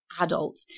adult